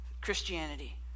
Christianity